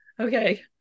Okay